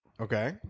Okay